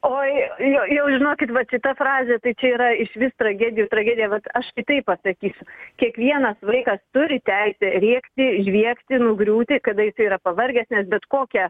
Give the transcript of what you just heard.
oi jo jau žinokit va šita frazė tai čia yra išvis tragedijų tragedija vat aš taip pasakysiu kiekvienas vaikas turi teisę rėkti žviegti nugriūti kada jisai yra pavargęs nes bet kokia